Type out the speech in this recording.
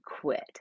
quit